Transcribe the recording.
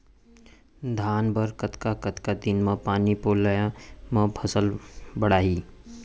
धान बर कतका कतका दिन म पानी पलोय म फसल बाड़ही?